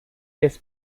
this